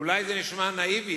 אולי זה נשמע נאיבי,